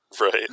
Right